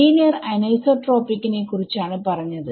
linear anisotropic നെ കുറിച്ചാണ് പറഞ്ഞത്